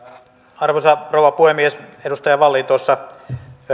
arvoisa rouva puhemies edustaja wallin tuossa